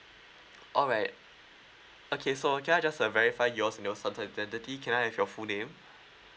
alright okay so can I just uh verify yours and your son identity can I have your full name